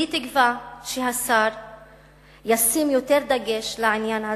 כולי תקווה שהשר ישים יותר דגש בעניין הזה,